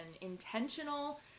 intentional